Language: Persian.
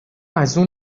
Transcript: ازاون